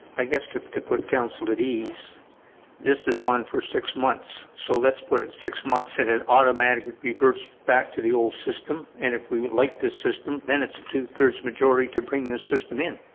i guess to to put council at ease this is on for six months so let's put it six months and it automatically reverts back to the old system and if we like this system then it's a two-thirds majority to bring this system in